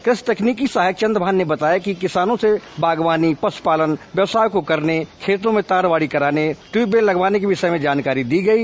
कृषि तकनीकी सहायक चन्द्रभान ने बताया कि किसानों से बागवानी पशुपालन ब्यवसाय को करने खेतों में ताराबाड़ी कराने ट्यूबवेल लगवाने के विषय जानकारी दी गयी